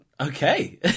Okay